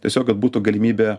tiesiog kad būtų galimybė